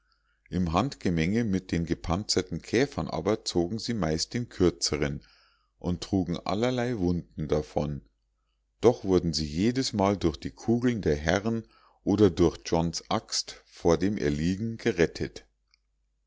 im handgemenge mit den gepanzerten käfern aber zogen sie meist den kürzeren und trugen allerlei wunden davon doch wurden sie jedesmal durch die kugeln der herren oder durch johns axt vor dem erliegen gerettet